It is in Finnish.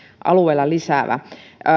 alueella lisäävä